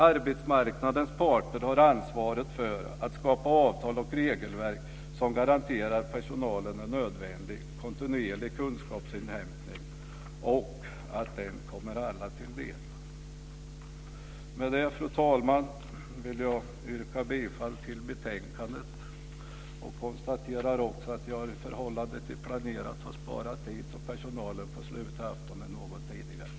Arbetsmarknadens parter har ansvaret för att skapa avtal och regelverk som garanterar personalen en nödvändig, kontinuerlig kunskapsinhämtning och att den kommer alla till del. Med det, fru talman, vill jag yrka bifall till hemställan i betänkandet. Jag konstaterar också att jag i förhållande till planeringen har sparat tid så att personalen får sluta aftonen något tidigare.